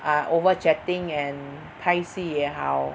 ah over chatting and 拍戏也好